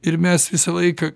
ir mes visą laiką